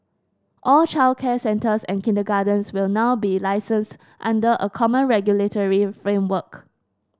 all childcare centres and kindergartens will now be licensed under a common regulatory framework